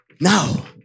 Now